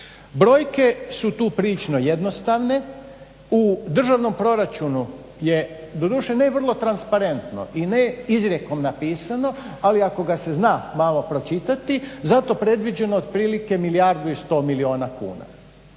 Brojke su tu prilično jednostavne, u državnom proračunu je doduše ne vrlo transparentno i ne izrijekom napisano ali ako ga se zna malo pročitati zato predviđeno otprilike milijardu i 100 milijuna kuna.